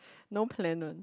no plan one